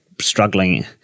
struggling